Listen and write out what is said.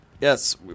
Yes